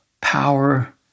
power